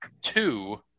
two